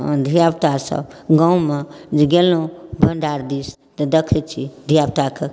धिया पुता सब गाँव मे जे गेलहुँ भण्डार दिस तऽ देखै छी धिया पुताके